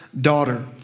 daughter